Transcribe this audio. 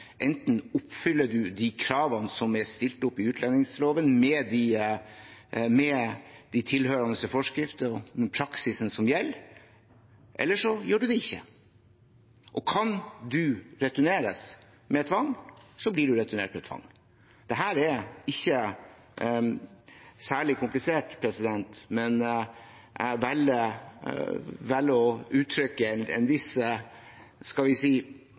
Enten oppfyller man de kravene som er stilt opp i utlendingsloven, med de tilhørende forskriftene og den praksisen som gjelder, eller så gjør man det ikke. Og kan man returneres med tvang, blir man returnert med tvang. Dette er ikke særlig komplisert, men jeg velger å stille noen spørsmål ved at man i enhver sammenheng på en